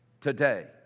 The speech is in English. today